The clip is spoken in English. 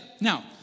Now